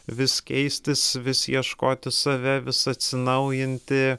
vis keistis vis ieškoti save vis atsinaujinti